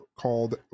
called